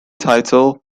titled